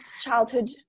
childhood